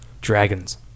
Dragons